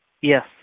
Yes